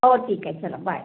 हो ठीक आहे चला बाय